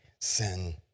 sin